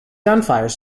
gunfire